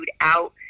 out